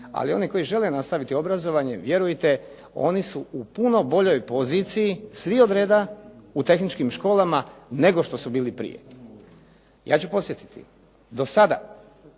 Ali oni koji žele nastaviti obrazovanje, vjerujte, oni su u punoj boljoj poziciji, svi od reda u tehničkim školama nego što su bili prije. Ja ću podsjetiti, do sada